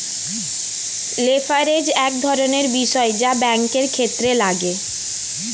leverage এক ধরনের বিষয় যা ব্যাঙ্কের ক্ষেত্রে লাগে